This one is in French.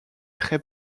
très